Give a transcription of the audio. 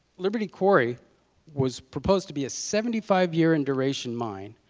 liberty quarry was proposed to be a seventy five year in duration mine,